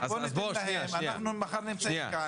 אנחנו מחר נמצאים כאן,